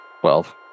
Twelve